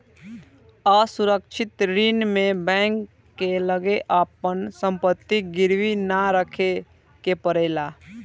असुरक्षित ऋण में बैंक के लगे आपन संपत्ति गिरवी ना रखे के पड़ेला